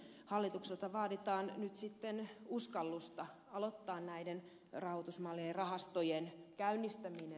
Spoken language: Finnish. hallitukselta vaaditaan nyt sitten uskallusta aloittaa näiden rahoitusmallien rahastojen käynnistäminen